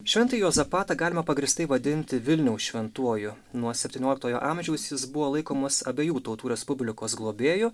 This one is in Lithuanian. šventąjį juozapatą galima pagrįstai vadinti vilniaus šventuoju nuo septynioliktojo amžiaus jis buvo laikomas abiejų tautų respublikos globėju